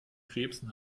krebsen